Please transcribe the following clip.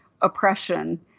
oppression